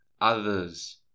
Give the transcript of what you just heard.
others